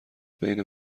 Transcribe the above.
بین